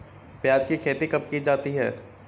प्याज़ की खेती कब की जाती है?